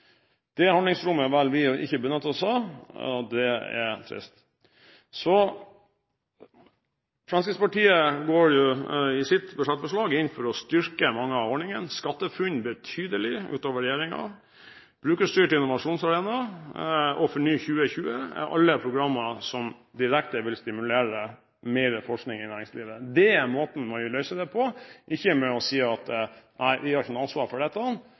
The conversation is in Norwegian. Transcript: Det handlingsrommet velger vi å ikke benytte oss av. Det er trist. Fremskrittspartiet går i sitt budsjettforslag inn for å styrke mange av ordningene: SkatteFUNN betydelig utover regjeringens forslag, Brukerstyrt innovasjonsarena og Forny 2020. Dette er alle programmer som direkte vil stimulere til mer forskning i næringslivet. Dette er måten å løse det på, ikke ved å si at nei, vi har ikke noe ansvar for dette.